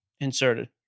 Inserted